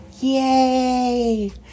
yay